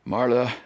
Marla